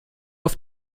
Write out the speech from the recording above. auf